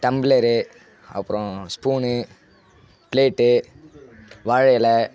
tumbler அப்புறம் spoon plate வாழை இல